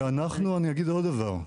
ואנחנו, אני אגיד עוד דבר.